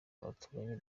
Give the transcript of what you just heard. abaturanyi